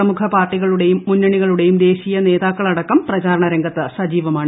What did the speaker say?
പ്രമുഖ പാർട്ടികളുടെയും ് മുന്നണികളുടെയും ദേശീയ നേതാക്കളടക്കം പ്രചാരണ രംഗത്ത് സജീവമാണ്